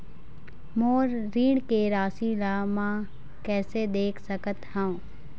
मोर ऋण के राशि ला म कैसे देख सकत हव?